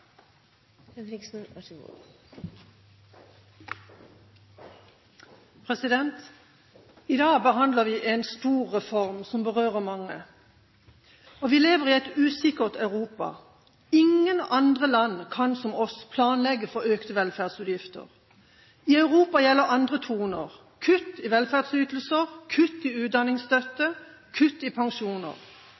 retning, og så må vi ha fokuset retta mot dei som treng hjelpa, og gi alle ei moglegheit til å vera deltakarar i arbeidslivet, uansett grad av uførleik. I dag behandler vi en stor reform som berører mange. Vi lever i et usikkert Europa. Ingen andre land kan som oss planlegge for økte velferdsutgifter. I Europa